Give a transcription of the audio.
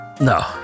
No